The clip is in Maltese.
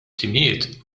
timijiet